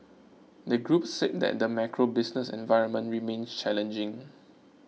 the group said that the macro business environment remains challenging